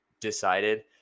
decided